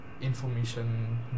information